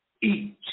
Eat